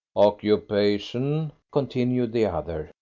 occupation? continued the other.